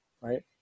Right